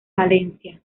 valencia